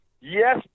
yes